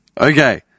Okay